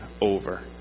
over